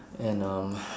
and um